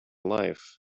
life